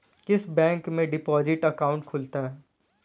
किस बैंक में deposit account खुलता है?